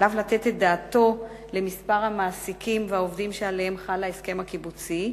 עליו לתת את דעתו למספר המעסיקים והעובדים שעליהם חל ההסכם הקיבוצי,